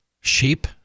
Sheep